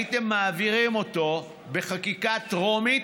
הייתם מעבירים אותו בקריאה טרומית,